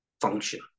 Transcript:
function